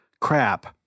Crap